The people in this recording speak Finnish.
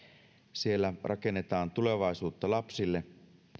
siellä rakennetaan tulevaisuutta lapsille